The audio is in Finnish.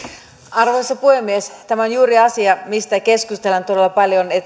arvoisa puhemies tämä on juuri asia mistä keskustellaan tuolla paljon